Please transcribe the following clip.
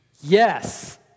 Yes